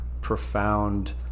profound